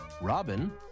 Robin